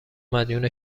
مدیون